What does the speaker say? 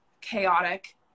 chaotic